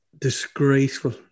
disgraceful